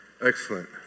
Excellent